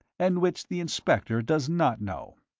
and which the inspector does not know.